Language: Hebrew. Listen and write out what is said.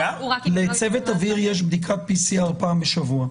לצוות אוויר יש בדיקת PCR פעם בשבוע.